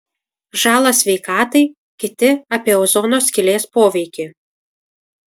žalą sveikatai kiti apie ozono skylės poveikį